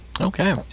Okay